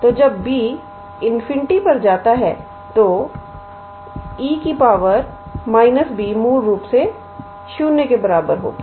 तो जब B ∞पर जाता है तो 𝑒 −𝐵 मूल रूप से 0 के बराबर होगा